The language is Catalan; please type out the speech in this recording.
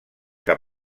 que